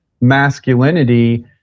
masculinity